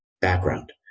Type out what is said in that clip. background